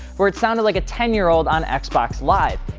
where it sounded like a ten year old on xbox xbox live.